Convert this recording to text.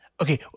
Okay